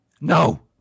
No